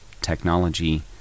technology